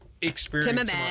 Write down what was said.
experience